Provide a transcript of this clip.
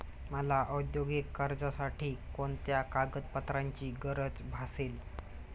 मला औद्योगिक कर्जासाठी कोणत्या कागदपत्रांची गरज भासेल?